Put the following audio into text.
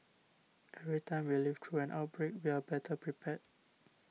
every time we live through an outbreak we are better prepared